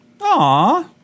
Aw